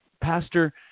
Pastor